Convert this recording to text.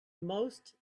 most